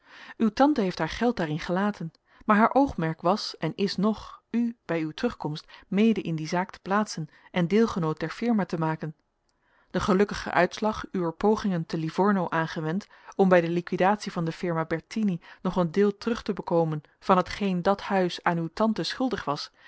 uw tante heeft haar geld daarin gelaten maar haar oogmerk was en is nog u bij uw terugkomst mede in die zaak te plaatsen en deelgenoot der firma te maken de gelukkige uitslag uwer pogingen te livorno aangewend om bij de liquidatie van de firma bertini nog een deel terug te bekomen van hetgeen dat huis aan uw tante schuldig was